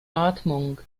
atmung